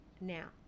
now